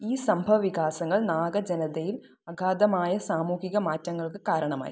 ഈ സംഭവ വികാസങ്ങൾ നാഗ ജനതയിൽ അഗാധമായ സാമൂഹിക മാറ്റങ്ങൾക്ക് കാരണമായി